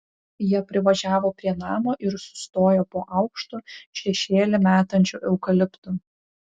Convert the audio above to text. jie privažiavo prie namo ir sustojo po aukštu šešėlį metančiu eukaliptu